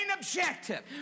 objective